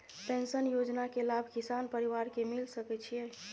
Pension योजना के लाभ किसान परिवार के मिल सके छिए?